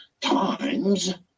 times